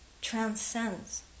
transcends